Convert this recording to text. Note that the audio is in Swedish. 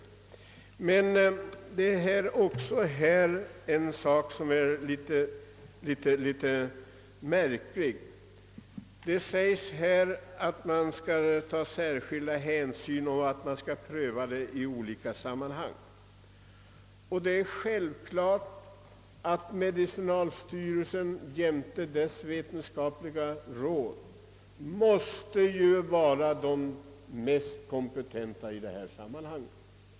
Jag vill vidare ta upp ännu en sak som jag finner vara något märklig. Det uttalas i svaret att man vid avvägningarna skall ta hänsyn till alla faktorer och att dessa prövas i olika sammanhang. Självfallet måste medicinalstyrelsen jämte dess vetenskapliga råd vara de organ, som är mest kompetenta i detta sammanhang.